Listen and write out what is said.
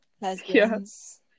lesbians